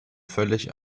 völlig